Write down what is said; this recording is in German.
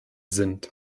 sind